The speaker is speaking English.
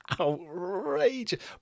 outrageous